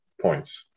points